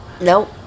Nope